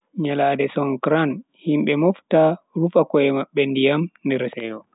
Nyalande songkran., himbe mofta rufa ko'e mabbe ndiyam nder seyo.